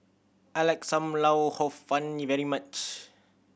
I like Sam Lau Hor Fun very much